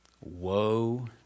Woe